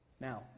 Now